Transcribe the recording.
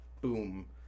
boom